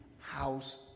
house